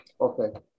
okay